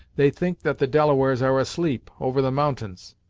they think that the delawares are asleep, over the mountains.